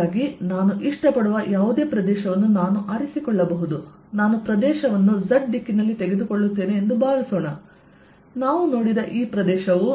ಆದ್ದರಿಂದ ನಾನು ಇಷ್ಟಪಡುವ ಯಾವುದೇ ಪ್ರದೇಶವನ್ನು ನಾನು ಆರಿಸಿಕೊಳ್ಳಬಹುದು ನಾನು ಪ್ರದೇಶವನ್ನು Z ದಿಕ್ಕಿನಲ್ಲಿ ತೆಗೆದುಕೊಳ್ಳುತ್ತೇನೆ ಎಂದು ಭಾವಿಸೋಣ ನಾವು ನೋಡಿದ ಈ ಪ್ರದೇಶವು